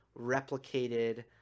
replicated